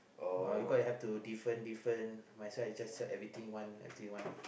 uh because I have to different different might as well just sell everything one everything one